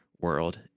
world